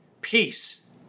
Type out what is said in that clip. peace